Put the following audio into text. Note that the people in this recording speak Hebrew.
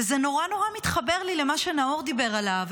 וזה נורא נורא מתחבר לי למה שנאור דיבר עליו,